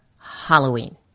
Halloween